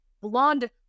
blonde